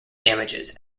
damages